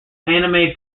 anime